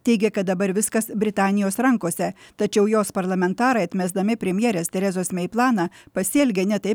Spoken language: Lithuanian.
teigė kad dabar viskas britanijos rankose tačiau jos parlamentarai atmesdami premjerės terezos mei planą pasielgė ne taip